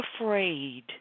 afraid